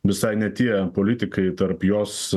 visai ne tie politikai tarp jos